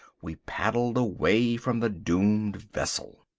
we paddled away from the doomed vessel.